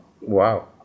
Wow